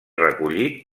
recollit